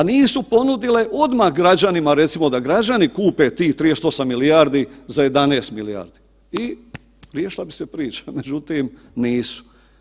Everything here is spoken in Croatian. A nisu ponudile odmah građanima recimo da građani kupe tih 38 milijardi kuna za 11 milijardi i riješila bi se priča, međutim nisu.